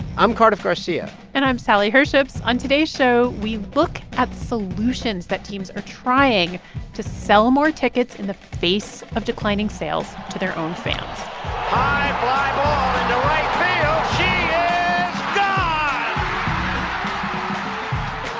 i'm cardiff garcia and i'm sally herships. on today's show, we look at solutions that teams are trying to sell more tickets in the face of declining sales to their own fans high are